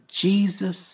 Jesus